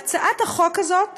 בהצעת החוק הזאת